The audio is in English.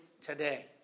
today